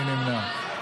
מי נמנע?